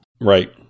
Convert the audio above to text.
right